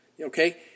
Okay